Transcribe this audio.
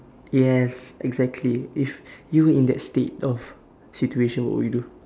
yes exactly if you were in that state of situation what would you do